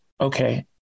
Okay